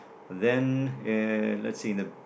then and let's see in the